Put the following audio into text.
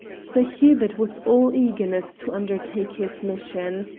sir hubert was all eagerness to undertake his mission.